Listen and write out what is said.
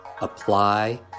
apply